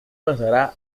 pasará